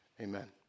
Amen